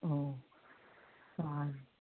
ও আর